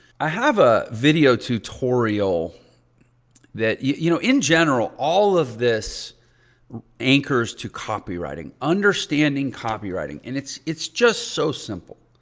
i have a video tutorial that, you know, in general, all of this anchors to copywriting, understanding copywriting and it's it's just so simple.